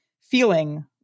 feeling